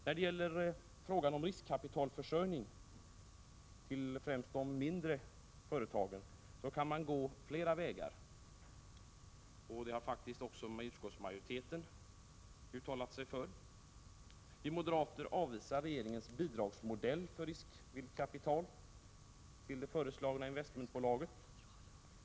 När det gäller frågan om riskkapitalförsörjning till främst de mindre företagen kan man gå flera vägar. Det har faktiskt också utskottsmajoriteten uttalat sig för. Vi moderater avvisar regeringens bidragsmodell för riskvilligt kapital till det föreslagna investmentbolaget.